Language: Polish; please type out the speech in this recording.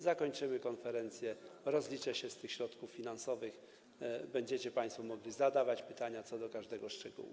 Zakończymy konferencję, rozliczę się z tych środków finansowych, będziecie państwo mogli zadawać pytania co do każdego szczegółu.